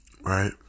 Right